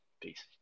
Peace